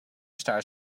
stars